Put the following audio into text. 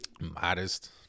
modest